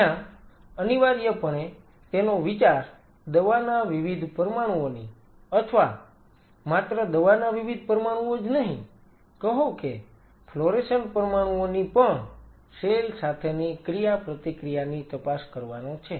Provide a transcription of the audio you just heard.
જ્યાં અનિવાર્યપણે તેનો વિચાર દવાના વિવિધ પરમાણુઓની અથવા માત્ર દવાના વિવિધ પરમાણુઓ જ નહિ કહો કે ફ્લોરેસન્ટ પરમાણુઓ ની પણ સેલ સાથેની ક્રિયાપ્રતિક્રિયાની તપાસ કરવાનો છે